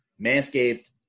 Manscaped